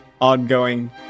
ongoing